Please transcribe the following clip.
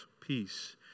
peace